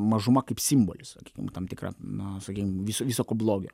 mažuma kaip simbolis nu tam tikrą na sakykim visa visa ko blogio